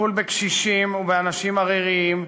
טיפול בקשישים ובאנשים עריריים,